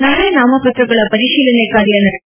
ನಾಳೆ ನಾಮಪತ್ರಗಳ ಪರಿಶೀಲನೆ ಕಾರ್ಯ ನಡೆಯಲಿದ್ದು